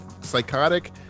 psychotic